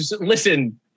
listen